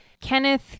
Kenneth